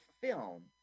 film